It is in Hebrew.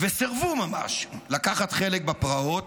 וסירבו ממש לקחת חלק בפרעות,